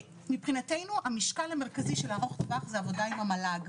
אבל מבחינתנו המשקל המרכזי של ה'ארוך טווח' זה עבודה עם המל"ג.